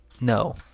No